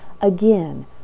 Again